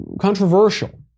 controversial